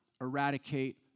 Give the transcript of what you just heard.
eradicate